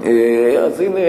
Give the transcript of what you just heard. אז הנה,